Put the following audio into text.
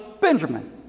Benjamin